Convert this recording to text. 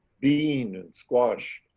beans, and squash,